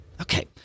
Okay